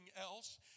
else